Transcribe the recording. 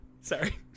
sorry